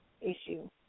issue